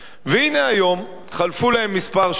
והנה היום, חלפו להן כמה שנים,